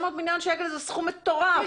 700,000,000 ₪ זה סכום מטורף.